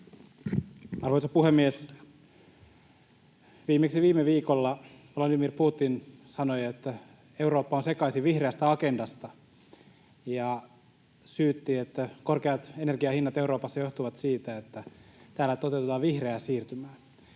Arvoisa puhemies! Viimeksi viime viikolla Vladimir Putin sanoi, että Eurooppa on sekaisin vihreästä agendasta, ja syytti, että korkeat energian hinnat Euroopassa johtuvat siitä, että täällä toteutetaan vihreää siirtymää.